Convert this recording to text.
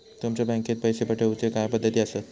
तुमच्या बँकेत पैसे ठेऊचे काय पद्धती आसत?